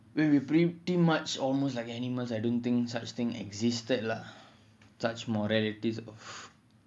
we were pretty much almost like animals I don't think such thing existed lah such more relatives of